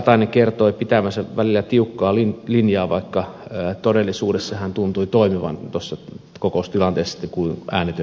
katainen kertoi pitävänsä välillä tiukkaa linjaa vaikka todellisuudessa hän tuntui toimivan tuossa kokoustilanteessa siten kuin äänetön yhtiömies